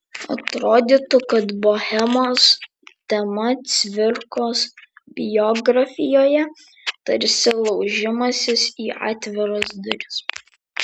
atrodytų kad bohemos tema cvirkos biografijoje tarsi laužimasis į atviras duris